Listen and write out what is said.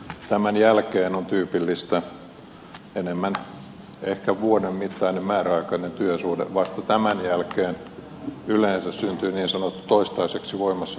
tämän jälkeen on tyypillisempää ehkä vuoden mittainen määräaikainen työsuhde vasta tämän jälkeen yleensä syntyy niin sanottu toistaiseksi voimassa oleva työsuhde